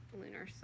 lunar